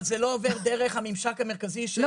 אבל זה לא עובר דרך הממשק המרכזי של מרכז השלטון המקומי.